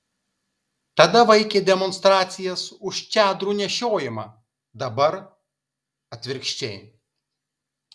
tada vaikė demonstracijas už čadrų nešiojimą dabar atvirkščiai